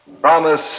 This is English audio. promise